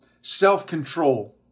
self-control